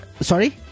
Sorry